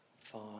five